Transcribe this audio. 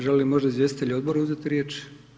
Žele li možda izvjestitelji odbora uzeti riječ?